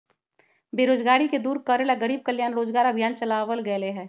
बेरोजगारी के दूर करे ला गरीब कल्याण रोजगार अभियान चलावल गेले है